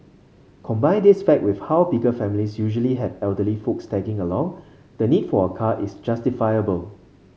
combine this fact with how bigger families usually have elderly folks tagging along the need for a car is justifiable